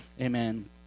Amen